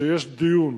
שיש דיון,